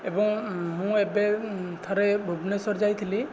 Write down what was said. ଏବଂ ମୁଁ ଏବେ ଥରେ ଭୁବନେଶ୍ଵର ଯାଇଥିଲି